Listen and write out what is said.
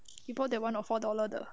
you brought the one or four dollar 的